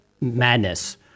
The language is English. madness